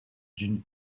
d’une